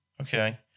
Okay